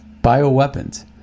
bioweapons